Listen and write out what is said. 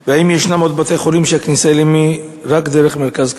3. האם יש עוד בתי-חולים שהכניסה אליהם היא רק דרך מרכז הקניות?